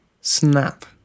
Snap